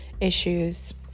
issues